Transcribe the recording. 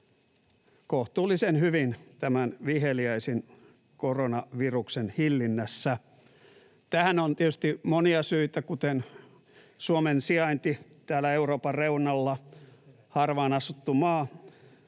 kohtuullisen hyvin tämän viheliäisen koronaviruksen hillinnässä. Tähän on tietysti monia syitä, kuten Suomen sijainti täällä Euroopan reunalla, harvaan asuttu maa.